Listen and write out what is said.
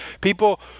people